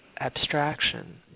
abstraction